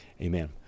Amen